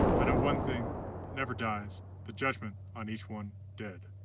i know one thing that never dies the judgment on each one, dead.